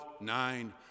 nine